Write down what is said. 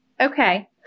Okay